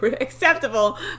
acceptable